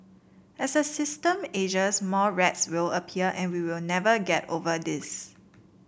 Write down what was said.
as the system ages more rats will appear and we will never get over this